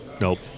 nope